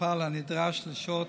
מטופל הנדרש לשהות